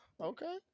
okay